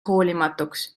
hoolimatumaks